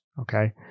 Okay